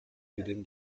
within